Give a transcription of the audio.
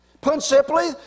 Principally